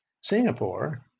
Singapore